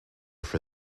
for